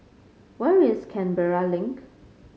where is Canberra Link